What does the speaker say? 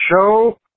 show